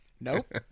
nope